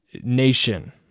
nation